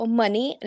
money